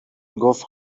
میگفت